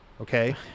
Okay